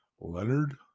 Leonard